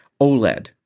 OLED